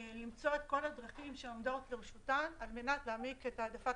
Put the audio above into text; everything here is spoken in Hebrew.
למצוא את כל הדרכים שעומדות לרשותם על מנת להעמיק את העדפת